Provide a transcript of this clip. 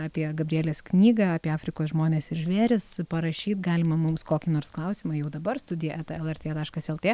apie gabrielės knygą apie afrikos žmones ir žvėris parašyt galima mums kokį nors klausimą jau dabar studija eta lrt taškas lt